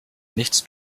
nichts